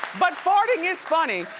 but farting is funny.